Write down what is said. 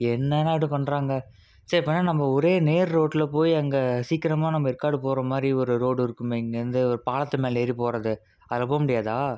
என்னண்ணா இப்படி பண்ணுறாங்க சரி இப்போ என்ன நம்ப ஒரே நேர் ரோட்டில் போய் அங்கே சீக்கிரமாக நம்ம ஏற்காடு போகறமாரி ஒரு ரோடு இருக்குமே இங்கேருந்து ஒரு பாலத்துமேலே ஏறி போகறது அதில் போக முடியதா